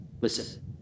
Listen